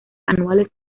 anuales